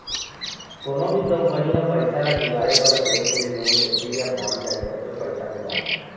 कोनो भी कंपनी ह पइसा ल जुगाड़े बर बेंक ले लोन लेथे या बांड जारी करके पइसा जुगाड़थे